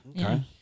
Okay